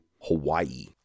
Hawaii